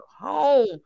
home